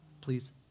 Please